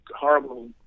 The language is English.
horrible